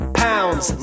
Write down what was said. pounds